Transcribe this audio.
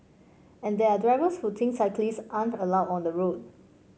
and there are drivers who think cyclist aren't allowed on the road